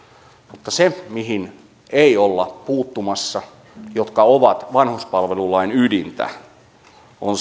mutta se mihin ei olla puuttumassa ja mikä on vanhuspalvelulain ydintä on